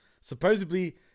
supposedly